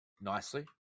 nicely